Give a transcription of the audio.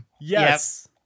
Yes